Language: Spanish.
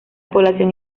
población